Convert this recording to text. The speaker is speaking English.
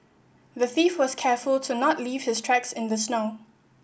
the thief was careful to not leave his tracks in the snow